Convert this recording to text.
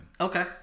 Okay